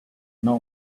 not